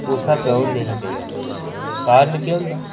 उस स्हाबै ओह् नेईं करी सकदा कारण केह् होंदा